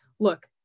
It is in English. Look